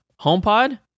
HomePod